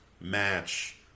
match